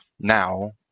now